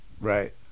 right